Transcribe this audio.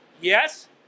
Yes